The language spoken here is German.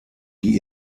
die